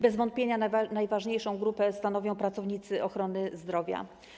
Bez wątpienia najważniejszą grupę stanowią pracownicy ochrony zdrowia.